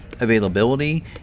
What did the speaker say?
availability